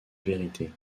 vérité